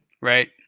Right